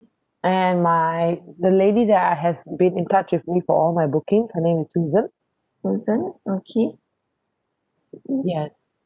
and my the lady that I has been in touch with me for all my booking her name is susan yes